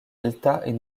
est